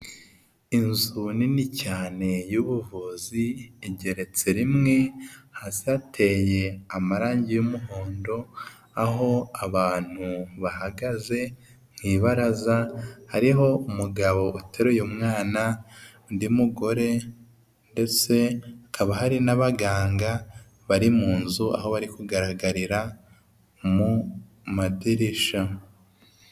inzu nini cyane y'ubuvuzi igeretse rimwe hasi hateye amarangi y'umuhondo aho abantu bahagaze mu ibaraza hariho umugabo uteruye umwana n'undi mugore ndetse hakaba hari n'abaganga bari mu nzu aho bari kugaragarira mu madirishya.